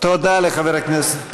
תודה לחבר הכנסת פרי.